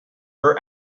her